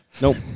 Nope